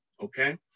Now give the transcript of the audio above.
okay